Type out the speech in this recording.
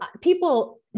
people